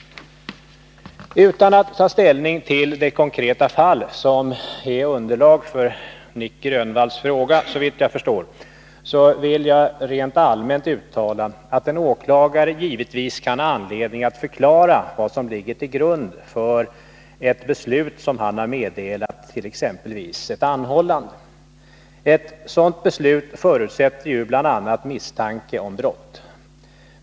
Utan att ta ställning till det konkreta fall som är underlag för Nic Grönvalls fråga, såvitt jag förstår, vill jag rent allmänt uttala att en åklagare givetvis kan ha anledning att förklara vad som ligger till grund för ett beslut som han har meddelat om exempelvis ett anhållande. Ett sådant beslut förutsätter ju bl.a. misstanke om brott.